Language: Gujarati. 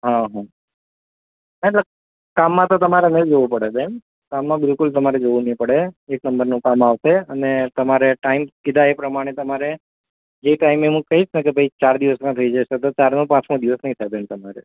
હા હં ના એટલે કામમાં તો તમારે નહીં જોવું પડે બેન કામમાં બિલકુલ તમારે જોવું નહીં પડે એક નંબરનું કામ આવશે અને તમારે ટાઈમ કીધા એ પ્રમાણે તમારે જે ટાઈમે હું કહીશ ને કે ભાઈ ચાર દિવસમાં થઇ જશે તો ચારનો પાંચમો દિવસ નહીં થાય બેન તમારે